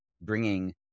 bringing